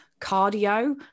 cardio